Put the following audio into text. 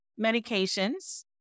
medications